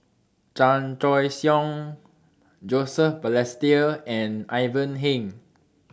Chan Choy Siong Joseph Balestier and Ivan Heng